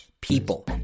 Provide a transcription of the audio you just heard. people